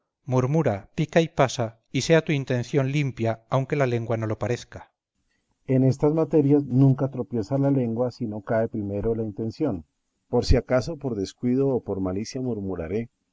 murmura pica y pasa y sea tu intención limpia aunque la lengua no lo parezca berganza en estas materias nunca tropieza la lengua si no cae primero la intención pero si acaso por descuido o por malicia murmurare